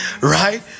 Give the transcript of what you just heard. right